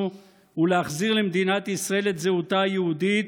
ולהחזיר למדינת ישראל את זהותה היהודית,